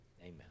amen